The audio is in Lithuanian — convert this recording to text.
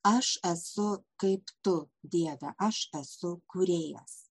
aš esu kaip tu dieve aš esu kūrėjas